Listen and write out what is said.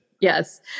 Yes